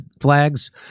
flags